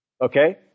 Okay